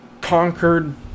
conquered